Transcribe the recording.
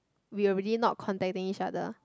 we already not contacting each other